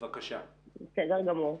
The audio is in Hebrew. בסדר גמור.